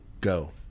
go